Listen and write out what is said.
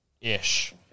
ish